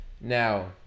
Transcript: Now